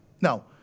No